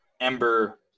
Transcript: Ember